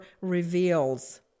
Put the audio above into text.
reveals